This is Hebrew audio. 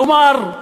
כלומר,